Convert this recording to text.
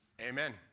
Amen